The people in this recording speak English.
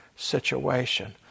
situation